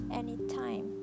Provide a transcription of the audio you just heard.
anytime